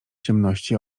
ciemności